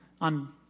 on